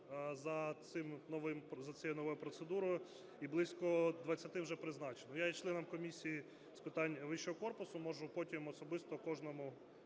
за цією новою процедурою і близько 20 вже призначено. Я є членом Комісії з питань вищого корпусу, можу потім особисто кожному,